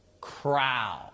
crowd